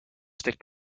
stick